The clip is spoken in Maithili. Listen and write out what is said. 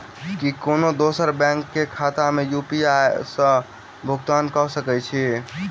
की कोनो दोसरो बैंक कऽ खाता मे यु.पी.आई सऽ भुगतान कऽ सकय छी?